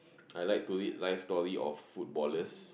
I like to read life story of footballers